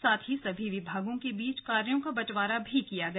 साथ ही सभी विभागों के बीच कार्यो का बंटवारा भी किया गया